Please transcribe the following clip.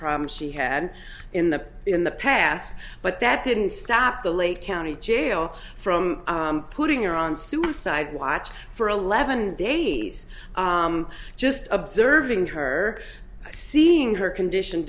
problems she had in the in the past but that didn't stop the lake county jail from putting her on suicide watch for eleven days just observing her seeing her condition